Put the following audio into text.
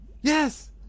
Yes